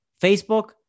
Facebook